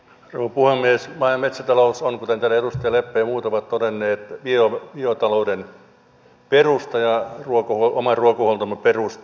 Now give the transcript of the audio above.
maa ja metsätalous on kuten täällä edustaja leppä ja muut ovat todenneet biotalouden perusta ja oman ruokahuoltomme perusta